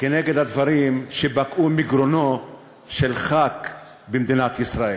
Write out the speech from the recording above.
כנגד הדברים שבקעו מגרונו של חבר כנסת במדינת ישראל.